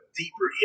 deeper